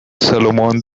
salomón